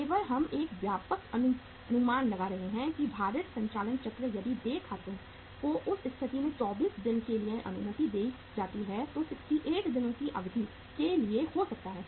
केवल हम एक व्यापक अनुमान लगा रहे हैं कि भारित संचालन चक्र यदि देय खातों को उस स्थिति में 24 दिनों के लिए अनुमति दी जाती है तो 68 दिनों की अवधि के लिए हो सकता है